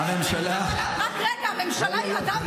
אני רוצה רגע שתסתכל.